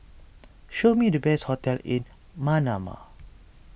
show me the best hotels in Manama